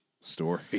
story